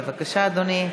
בבקשה, אדוני,